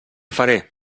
faré